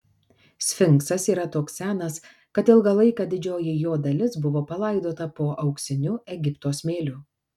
sfinksas yra toks senas kad ilgą laiką didžioji jo dalis buvo palaidota po auksiniu egipto smėliu